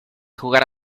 jugar